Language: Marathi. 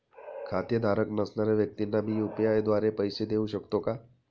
खातेधारक नसणाऱ्या व्यक्तींना मी यू.पी.आय द्वारे पैसे देऊ शकतो का?